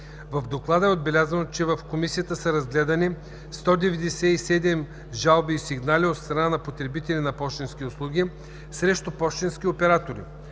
В доклада е отбелязано, че в Комисията са разгледани 197 жалби/сигнали от страна на потребители на пощенски услуги срещу пощенски оператори.